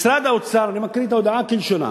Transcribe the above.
"משרד האוצר" אני מקריא את ההודעה כלשונה,